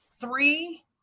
three